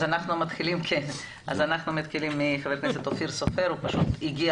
אנחנו נתחיל מחבר הכנסת אופיר סופר שהגיע